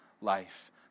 life